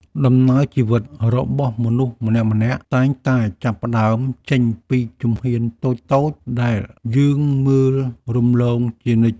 ដំណើរជីវិតរបស់មនុស្សម្នាក់ៗតែងតែចាប់ផ្ដើមចេញពីជំហានតូចៗដែលយើងមើលរំលងជានិច្ច។